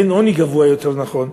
אין עוני גבוה יותר נכון,